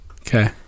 Okay